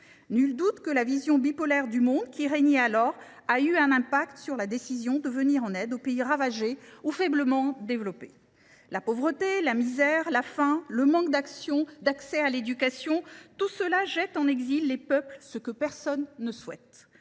Nul doute que la vision bipolaire du monde qui prévalait alors a eu une incidence sur la décision de venir en aide aux pays ravagés ou faiblement développés. La pauvreté, la misère, la faim, le manque d’accès à l’éducation condamnent les peuples à l’exil, ce que personne ne souhaite.